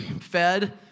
fed